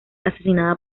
asesinada